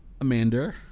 Amanda